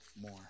more